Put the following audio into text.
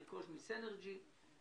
לרכוש מסינרג'י,